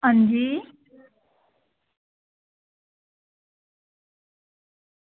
आं जी